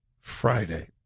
Friday